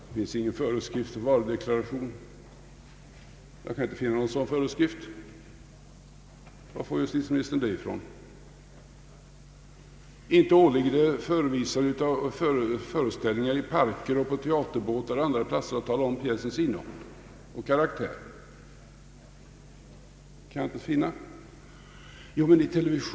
Det finns ingen föreskrift om varudeklaration. Jag kan i varje fall inte finna någon. Varifrån får justitieministern det? Inte åligger det förevisare av föreställningar i parker, på teaterbåtar och andra platser att i förväg omtala pjäsens innehåll och karaktär. Det kan jag inte finna!